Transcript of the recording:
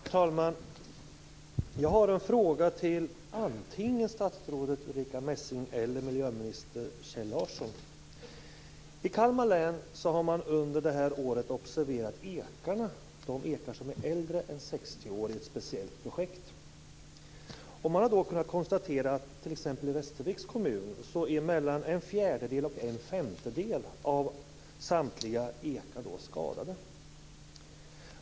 Herr talman! Jag har en fråga till antingen statsrådet Ulrica Messing eller miljöminister Kjell Larsson. I Kalmar län har man under det här året observerat ekarna, de ekar som är äldre än 60 år, i ett speciellt projekt. Man har då kunnat konstatera att i t.ex. Västerviks komun är mellan en fjärdedel och en femtedel av samtliga ekar skadade.